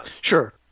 Sure